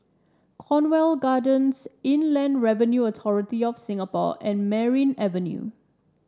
Cornwall Gardens Inland Revenue Authority of Singapore and Merryn Avenue